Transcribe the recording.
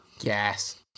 Yes